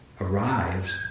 arrives